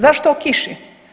Zašto o kiši?